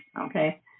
okay